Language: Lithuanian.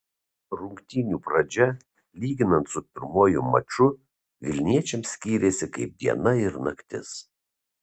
rungtynių pradžia lyginant su pirmuoju maču vilniečiams skyrėsi kaip diena ir naktis